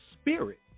spirit